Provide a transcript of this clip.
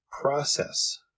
process